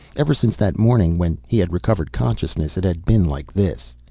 ever since that morning, when he had recovered consciousness, it had been like this.